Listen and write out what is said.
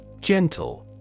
Gentle